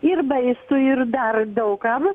ir baisu ir dar daug kam